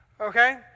Okay